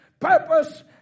Purpose